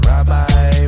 Rabbi